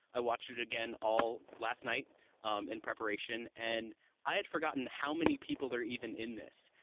i watch it again all last night um in preparation. and i had forgotten how many people there are even in this.